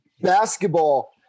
basketball